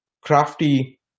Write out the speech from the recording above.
crafty